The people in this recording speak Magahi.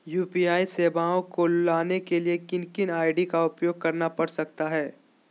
यू.पी.आई सेवाएं को लाने के लिए किन किन आई.डी का उपयोग करना पड़ सकता है?